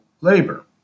labor